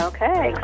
Okay